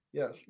Yes